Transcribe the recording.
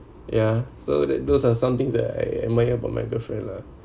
ya so that those are something that I admire about my girlfriend lah